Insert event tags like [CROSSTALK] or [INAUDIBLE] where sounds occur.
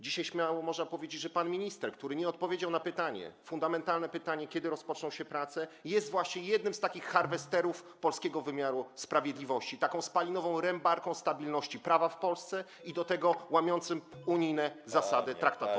Dzisiaj śmiało można powiedzieć, że pan minister, który nie odpowiedział na fundamentalne pytanie, kiedy rozpoczną się prace, jest właśnie jednym z takich harvesterów polskiego wymiaru sprawiedliwości, taką spalinową rębarką stabilności prawa w Polsce, i do tego łamiącym [NOISE] unijne zasady traktatowe.